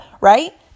Right